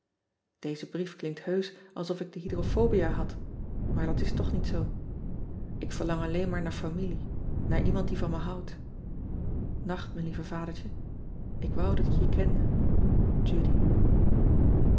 eze brief klinkt heusch alsof ik de hydrophobia had maar dat is toch niet zoo k verlang alleen maar naar familie naar iemand die van me houdt acht mijn lieve adertje k wou dat ik je kende